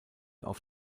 auf